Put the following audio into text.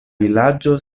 vilaĝo